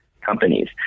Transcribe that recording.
companies